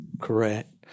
correct